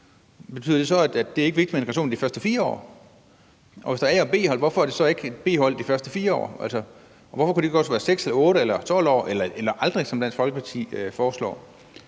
betyder det så, at det ikke er vigtigt med integrationen i de første 4 år? Og hvorfor er der så ikke et B-hold i de første 4 år? Og hvorfor kunne det ikke også være 6 eller 8 eller 12 år eller aldrig, som Dansk Folkeparti foreslår?